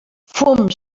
fum